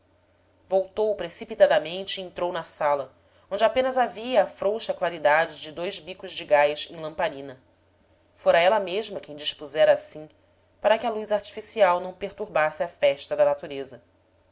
voltou precipitadamente e entrou na sala onde apenas havia a frouxa claridade de dois bicos de gás em lamparina fora ela mesma quem dispusera assim para que a luz artificial não perturbasse a festa da natureza